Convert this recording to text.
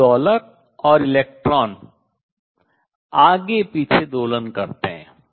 एक दोलक और इलेक्ट्रॉन आगे और पीछे दोलन करतें है